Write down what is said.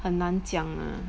很难讲啊